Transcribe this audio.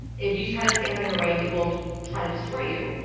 if you try to stand in their way, they will try to destroy you.